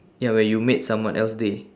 ya when you made someone else day